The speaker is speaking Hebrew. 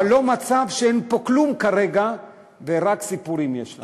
אבל לא מצב שאין פה כלום כרגע ורק סיפורים יש לנו.